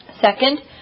Second